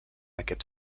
aquest